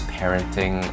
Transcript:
parenting